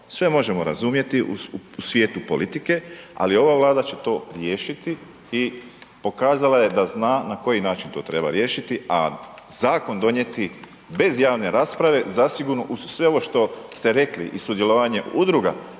Sve možemo razumjeti u svijetu politike, ali ova Vlada će to riješiti i pokazala je da zna na koji način to treba riješiti, a zakon donijeti bez javne rasprave, zasigurno uz sve ovo što ste rekli i sudjelovanje udruga